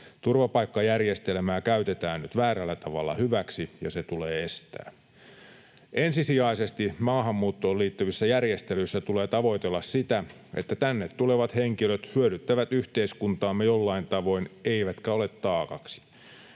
Turvapaikkajärjestelmää käytetään nyt väärällä tavalla hyväksi, ja se tulee estää. Maahanmuuttoon liittyvissä järjestelyissä tulee tavoitella ensisijaisesti sitä, että tänne tulevat henkilöt hyödyttävät yhteiskuntaamme jollain tavoin eivätkä ole taakaksi.